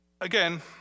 again